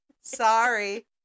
Sorry